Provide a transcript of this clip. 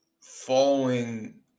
following